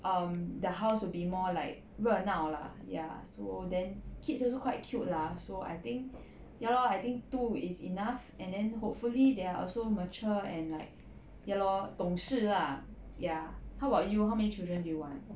um the house will be more like 热闹 lah ya so then kids also quite cute lah so I think ya lor I think two is enough and then hopefully they are also mature and like ya lor 懂事 lah ya how about you how many children do you want